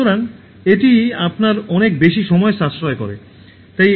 সুতরাং এটি আপনার অনেক বেশি সময় সাশ্রয় করবে